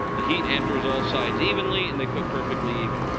the heat enters all sides evenly. and they cook perfectly even.